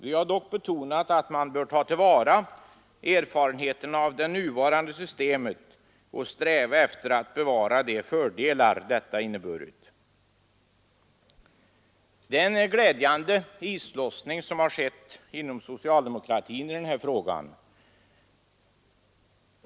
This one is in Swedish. Vi har dock betonat att man bör ta till vara erfarenheterna av det nuvarande systemet och sträva efter att bevara de fördelar detta inneburit. Det är en glädjande islossning som har skett inom socialdemokratin i den här frågan.